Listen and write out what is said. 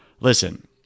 Listen